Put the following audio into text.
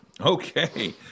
Okay